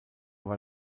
war